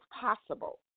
possible